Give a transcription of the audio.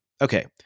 Okay